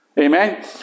Amen